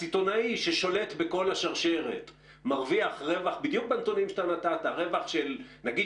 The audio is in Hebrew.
הסיטונאי ששולט בכל השרשרת מרוויח רווח בדיוק בנתונים שנתת של נגיד